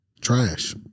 Trash